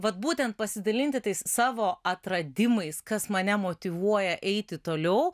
vat būtent pasidalinti tais savo atradimais kas mane motyvuoja eiti toliau